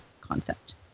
concept